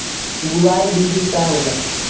बुआई विधि का होला?